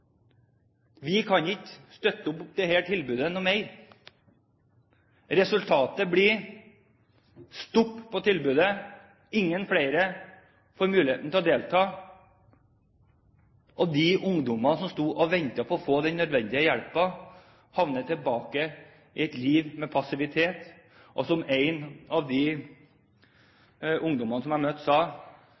vi kan ikke støtte dette tilbudet mer. Resultatet ble stopp i tilbudet, ingen flere får muligheten til å delta, og de ungdommene som sto og ventet på å få den nødvendige hjelpen, havnet tilbake i et liv med passivitet. Som en av de ungdommene som jeg møtte, sa: